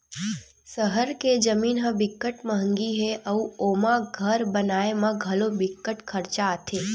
सहर के जमीन ह बिकट मंहगी हे अउ ओमा घर बनाए म घलो बिकट खरचा आथे